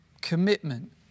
commitment